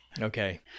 Okay